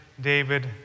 David